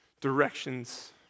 directions